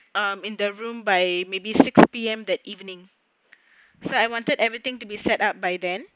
um in the room by maybe six P_M that evening so I wanted everything to be set up by then